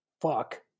fuck